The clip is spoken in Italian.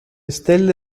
stelle